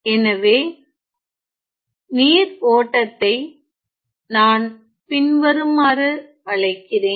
எனவே நீர் ஓட்டத்தை நான் பின்வருமாறு அழைக்கிறேன்